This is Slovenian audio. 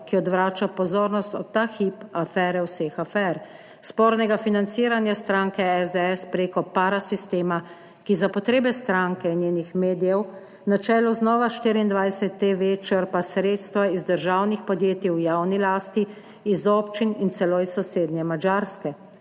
ki odvrača pozornost od ta hip afere vseh afer spornega financiranja stranke SDS preko parasistema, ki za potrebe stranke in njenih medijev na čelu z Nova 24 TV črpa sredstva iz državnih podjetij v javni lasti, iz občin in celo iz sosednje Madžarske.